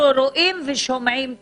אנחנו רואים ושומעים טוב.